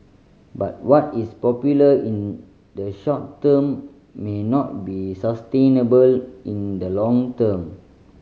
but what is popular in the short term may not be sustainable in the long term